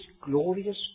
glorious